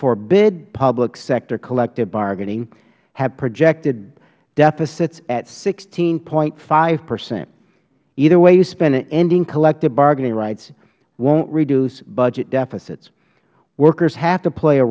forbid public sector collective bargaining have projected deficits at sixteen point five percent either way you spin it ending collective bargaining rights wont reduce budget deficits workers have to play a